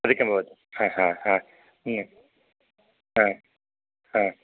अधिकं भवति